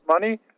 money